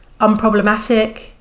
Unproblematic